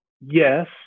yes